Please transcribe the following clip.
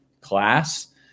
class